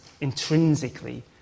intrinsically